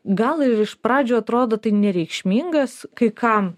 gal ir iš pradžių atrodo tai nereikšmingas kai kam